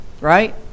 right